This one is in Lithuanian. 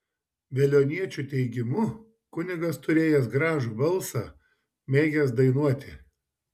veliuoniečių teigimu kunigas turėjęs gražų balsą mėgęs dainuoti